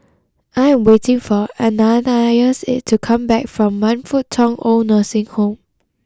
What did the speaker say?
I am waiting for Ananias to come back from Man Fut Tong Old Nursing Home